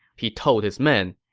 he told his men,